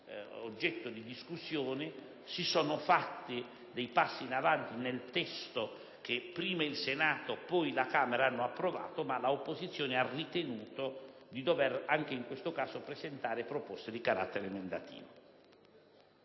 oggetto di discussione; si sono fatti passi in avanti rispetto al testo che prima il Senato e poi la Camera hanno approvato, ma l'opposizione ha ritenuto di dover presentare anche in questo caso proposte di carattere emendativo.